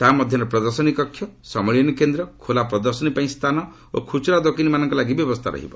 ତାହା ମଧ୍ୟରେ ପ୍ରଦର୍ଶନୀ କକ୍ଷ ସମ୍ମିଳନୀ କେନ୍ଦ୍ର ଖୋଲା ପ୍ରଦର୍ଶନୀ ପାଇଁ ସ୍ଥାନ ଓ ଖୁଚୁରା ଦୋକାନୀମାନଙ୍କ ଲାଗି ବ୍ୟବସ୍ଥା ରହିବ